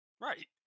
Right